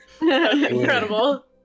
Incredible